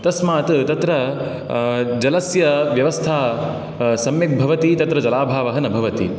तस्मात् तत्र जलस्य व्यवस्था सम्यग्भवति तत्र जलाभावः न भवति